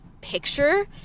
picture